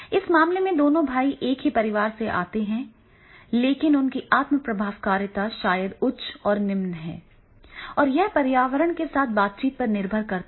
इस मामले में दोनों भाई एक ही परिवार से आते हैं लेकिन उनकी आत्म प्रभावकारिता शायद उच्च और निम्न है और यह पर्यावरण के साथ बातचीत पर निर्भर करता है